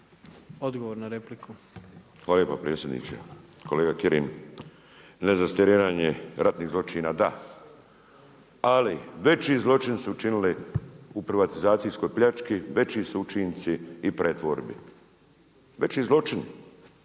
Hvala lijepo predsjedniče. Kolega Kirin, ne zastarijevanje ratnih zločina da, ali veći zločin su učinili u privatizacijskoj pljački, veći su učinci i pretvorbi. Veći zločin.